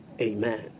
amen